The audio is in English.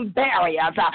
barriers